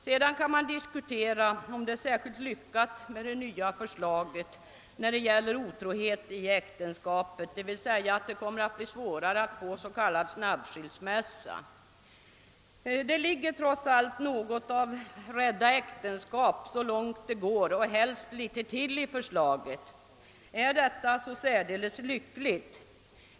Man kan också diskutera om det är särskilt lyckat med det nya förslaget när det gäller otrohet i äktenskapet, alltså att det kommer att bli svårare att få S.k. snabbskilsmässa. Det ligger trots allt något av »rädda äktenskap så långt det går och helst litet till» i förslaget. Är detta så särdeles lyckligt?